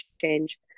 change